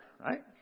right